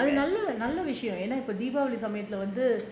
அது நல்ல விஷயம் இப்ப:athu nallaa vishayam deepavali சமயத்துல வந்து:samyathula vanthu